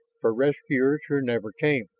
for rescuers who never came,